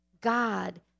God